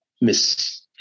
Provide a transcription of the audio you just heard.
miss